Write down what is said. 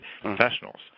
professionals